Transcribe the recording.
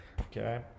okay